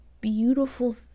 beautiful